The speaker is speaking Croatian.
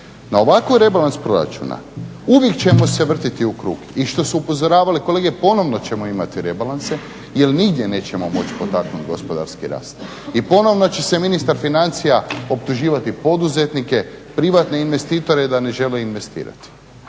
Na ovakav rebalans proračuna uvijek ćemo se vrtiti u krug i što su upozoravali kolege, ponovo ćemo imati rebalanse jer nigdje nećemo moći potaknuti gospodarski rast i ponovo će se ministar financija optuživati poduzetnike, privatne investitore da ne žele investirati,